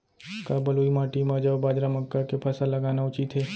का बलुई माटी म जौ, बाजरा, मक्का के फसल लगाना उचित हे?